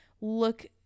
look